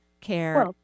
care